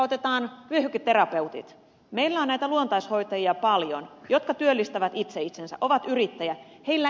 meillä on näitä luontaishoitajia paljon jotka työllistävät itse itsensä ovat yrittäjiä